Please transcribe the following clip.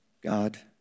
God